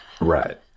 Right